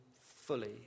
fully